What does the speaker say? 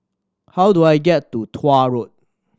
how do I get to Tuah Road